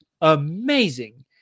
amazing